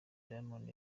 diamond